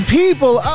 people